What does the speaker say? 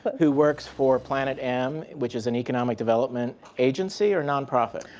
who works for planet m. which is an economic development agency or nonprofit?